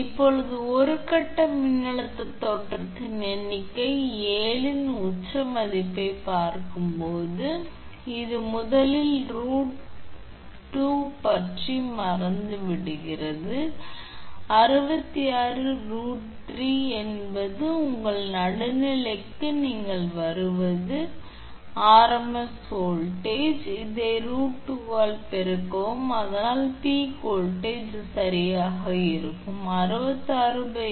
இப்போது ஒரு கட்ட மின்னழுத்த தோற்றத்தின் எண்ணிக்கை 7 ன் உச்ச மதிப்பைப் பார்க்கும்போது இது முதலில் √2 பற்றி மறந்துவிடுகிறது 66√3 என்பது உங்கள் நடுநிலைக்கு நீங்கள் வருவது கட்டம் RMS வோல்ட்டேஜ் பின்னர் இந்த √2 ஆல் பெருக்கவும் அதனால்தான் பீக் வோல்ட்டேஜ் சரியாக இருக்கும் 𝑉 √2 53